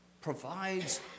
provides